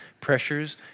pressures